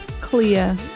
clear